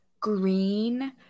green